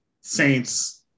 Saints